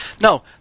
no